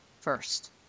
first